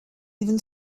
even